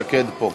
איילת שקד פה.